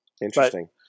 Interesting